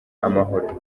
amahoro